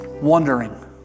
wondering